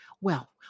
Well